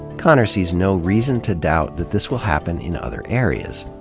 konner sees no reason to doubt that this will happen in other areas.